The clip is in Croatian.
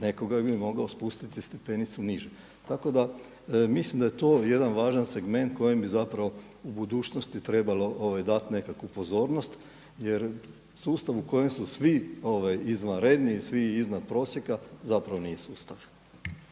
nekoga bi mogao spustiti stepenicu niže. Tako da mislim da je to jedan važan segment kojim bi zapravo u budućnosti trebalo dati nekakvu pozornost jer sustav u kojem su svi izvanredni i svi iznad prosjeka zapravo nije sustav.